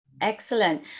excellent